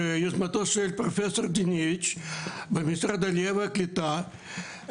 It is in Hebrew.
ביוזמתו של פרופסור דינביץ' במשרד העלייה והקליטה,